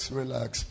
relax